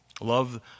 love